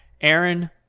Aaron